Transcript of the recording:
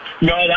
No